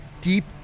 deep